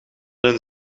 een